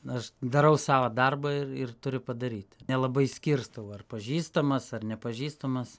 aš darau savo darbą ir ir turiu padaryti nelabai skirstau ar pažįstamas ar nepažįstamas